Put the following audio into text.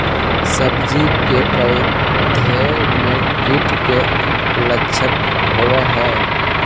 सब्जी के पौधो मे कीट के लच्छन होबहय?